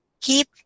Keep